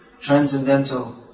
transcendental